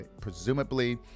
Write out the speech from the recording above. presumably